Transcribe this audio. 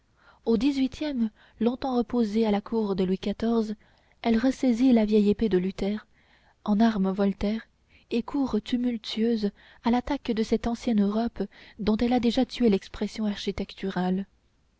au dix-huitième longtemps reposée à la cour de louis xiv elle ressaisit la vieille épée de luther en arme voltaire et court tumultueuse à l'attaque de cette ancienne europe dont elle a déjà tué l'expression architecturale